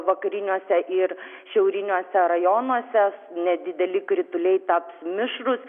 vakariniuose ir šiauriniuose rajonuose nedideli krituliai taps mišrūs